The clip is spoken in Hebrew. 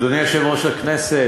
אדוני יושב-ראש הכנסת,